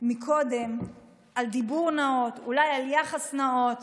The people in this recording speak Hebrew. קודם על דיבור נאות, אולי על יחס נאות.